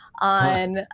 on